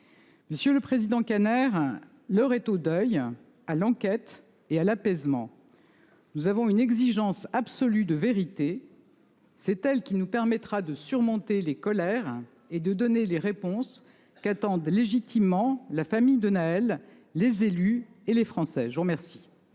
Monsieur le président Kanner, l'heure est au deuil, à l'enquête et à l'apaisement. Nous avons une exigence absolue de vérité. C'est elle qui nous permettra de surmonter les colères et de donner les réponses qu'attendent légitimement la famille de Nahel, les élus et les Français. La parole